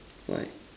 why